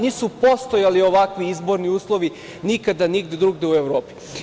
Nisu postojali ovakvi izborni uslovi, nikada nigde drugde u Evropi.